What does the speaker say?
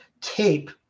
tape